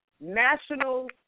national